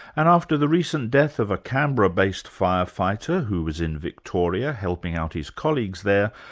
and after the recent death of a canberra-based firefighter who was in victoria helping out his colleagues there,